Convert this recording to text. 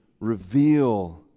reveal